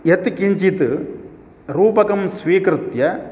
यत् किञ्चित् रूपकं स्वीकृत्य